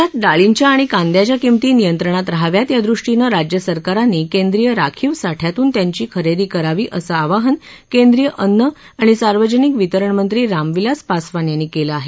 देशात डाळींच्या आणि कांद्याच्या किंमती नियंत्रणात रहाव्यात यादृष्टीनं राज्य सरकरांनी केंद्रीय राखीव साठयातून त्यांची खरेदी करावी असं आवाहन केंद्रीय अन्न आणि सार्वजनिक वितरणमंत्री रामविलास पासवान यांनी केलं आहे